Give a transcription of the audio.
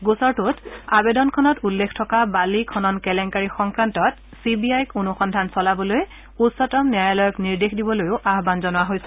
গোচৰটোত আৱেদনখনত উল্লেখ থকা বালি খনন কেলেংকাৰী সংক্ৰান্তত চি বি আইক অনুসন্ধান চলাবলৈ উচ্চতম ন্যায়ালয়ক নিৰ্দেশ দিবলৈও আহ্বান জনোৱা হৈছে